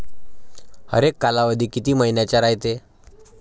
हरेक कालावधी किती मइन्याचा रायते?